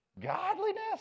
Godliness